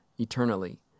eternally